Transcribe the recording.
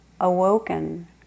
awoken